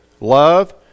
love